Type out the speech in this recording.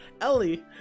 Ellie